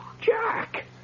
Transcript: Jack